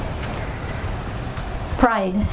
Pride